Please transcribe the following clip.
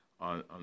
on